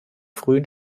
frühen